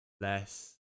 less